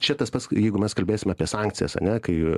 čia tas pats jeigu mes kalbėsim apie sankcijas ane kai